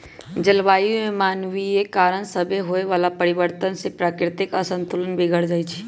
जलवायु में मानवीय कारण सभसे होए वला परिवर्तन से प्राकृतिक असंतुलन बिगर जाइ छइ